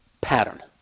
pattern